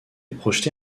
projeté